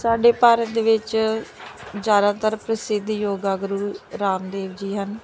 ਸਾਡੇ ਭਾਰਤ ਦੇ ਵਿੱਚ ਜ਼ਿਆਦਾਤਰ ਪ੍ਰਸਿੱਧ ਯੋਗਾ ਗੁਰੂ ਰਾਮਦੇਵ ਜੀ ਹਨ